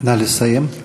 נא לסיים.